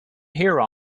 here